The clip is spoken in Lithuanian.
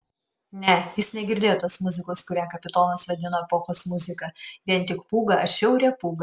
ne jis negirdėjo tos muzikos kurią kapitonas vadino epochos muzika vien tik pūgą atšiaurią pūgą